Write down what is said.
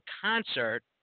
concert